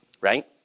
right